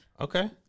Okay